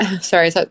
sorry